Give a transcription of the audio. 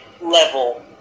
level